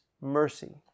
mercy